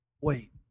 wait